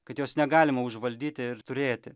kad jos negalima užvaldyti ir turėti